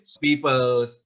people